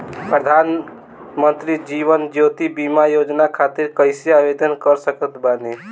प्रधानमंत्री जीवन ज्योति बीमा योजना खातिर कैसे आवेदन कर सकत बानी?